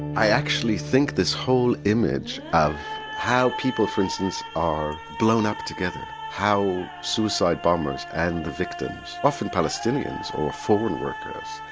actually think this whole image of how people for instance are blown up together, how suicide bombers and the victims, often palestinians or foreign workers,